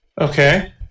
okay